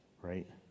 Right